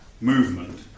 movement